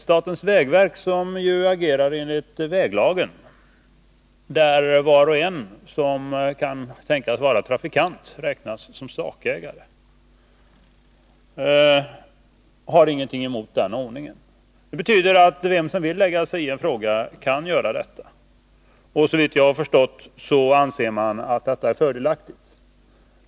Statens vägverk, som ju har att agera enligt väglagen, där var och en som kan tänkas vara trafikant räknas som sakägare, har ingenting emot en sådan ordning. Den betyder att vem som helst som vill lägga sig i en fråga kan göra det. Såvitt jag har förstått anser man också att detta är fördelaktigt.